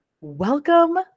Welcome